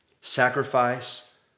Sacrifice